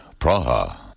Praha